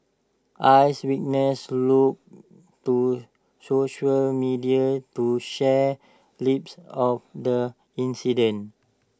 eyewitnesses look to social media to share clips of the incident